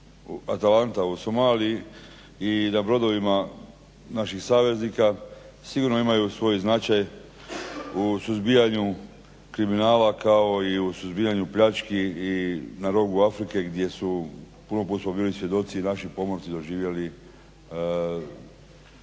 Atalanta u Somaliji i na brodovima naših saveznika sigurno imaju svoj značaj u suzbijanju kriminala kao i u suzbijanju pljački i na rogu Afrike gdje su puno puta smo bili svjedoci i naši pomorci doživjeli zarobljavanje